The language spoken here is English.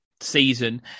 season